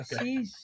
Okay